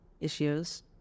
issues